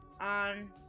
on